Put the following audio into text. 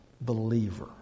believer